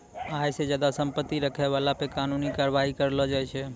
आय से ज्यादा संपत्ति रखै बाला पे कानूनी कारबाइ करलो जाय छै